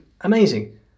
amazing